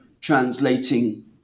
translating